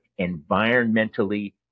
environmentally